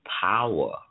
Power